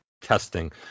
testing